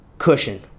Cushion